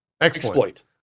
Exploit